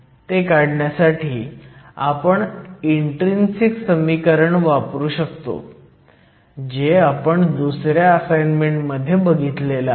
ते काढण्यासाठी आपण इन्ट्रीन्सिक समीकरण वापरू शकतो जे आपण दुसऱ्या असाईनमेंट मध्ये बघितलं आहे